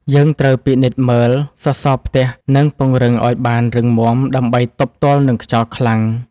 យើងត្រូវពិនិត្យមើលសសរផ្ទះ និងពង្រឹងឱ្យបានរឹងមាំដើម្បីទប់ទល់នឹងខ្យល់ខ្លាំង។